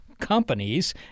companies